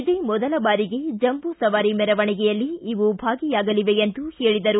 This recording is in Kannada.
ಇದೇ ಮೊದಲ ಬಾರಿಗೆ ಜಂಬೂ ಸವಾರಿ ಮೆರವಣಿಗೆಯಲ್ಲಿ ಇವು ಭಾಗಿಯಾಗಲಿವೆ ಎಂದು ಹೇಳಿದರು